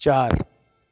चारि